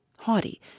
Haughty